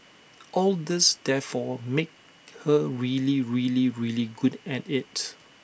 all this therefore made her really really really good at IT